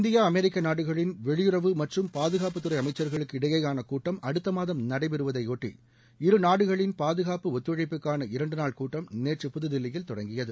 இந்திய அமெரிக்க நாடுகளின் வெளியுறவு மற்றும் பாதுகாப்பு துறை அமைச்சர்களுக்கு இடையேயான கூட்டம் அடுத்தமாதம் நடைபெறுவதையடுத்து இருநாடுகளின் பாதுகாப்பு ஒத்துழைப்புக்கான இரண்டு நாள் கூட்டம் நேற்று புதுதில்லியில் தொடங்கியது